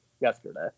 yesterday